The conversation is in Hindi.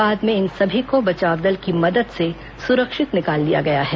बाद में इन सभी को बचाव दल की मदद से सुरक्षित निकाल लिया गया है